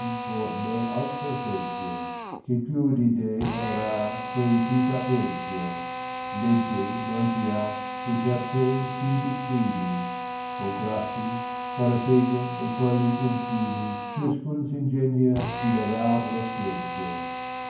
nelp alto seggio chi più ti dee onorar que ti fa peggio legge non ci ha che per te si dicrini co graffi colla sega e cogli uncini ciascun s ingegna di levar lo scheggio